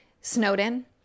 snowden